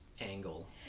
angle